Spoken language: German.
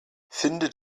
finde